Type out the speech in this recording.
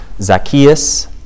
Zacchaeus